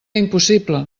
impossible